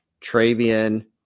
Travian